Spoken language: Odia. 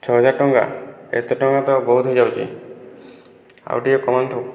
ଛଅହଜାର ଟଙ୍କା ଏତେ ଟଙ୍କା ତ ବହୁତ ହୋଇଯାଉଛି ଆଉ ଟିକିଏ କମାନ୍ତୁ